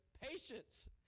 patience